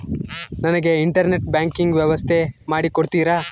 ನನಗೆ internet banking ವ್ಯವಸ್ಥೆ ಮಾಡಿ ಕೊಡ್ತೇರಾ?